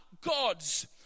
gods